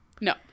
No